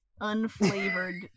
unflavored